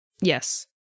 Yes